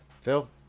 Phil